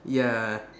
ya